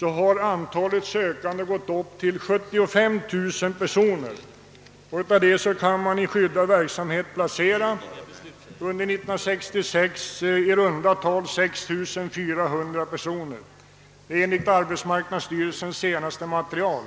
har antalet sökande gått upp till nära 75 000 personer, av vilka man under året kunde placera i runt tal 6 400 i skyddad verksamhet. Siffrorna är tagna ur arbetsmarknadsstyrelsens senaste material.